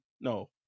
no